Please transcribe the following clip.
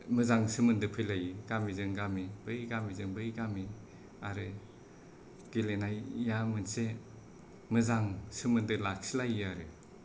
मोजां सोमोन्दो फैलायो गामिजों गामि बै गामिजों बै गामि आरो गेलेनाया मोनसे मोजां सोमोन्दो लाखिलायो आरो